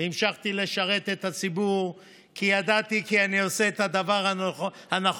והמשכתי לשרת את הציבור כי ידעתי כי אני עושה את הדבר הנכון.